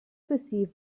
perceived